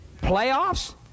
Playoffs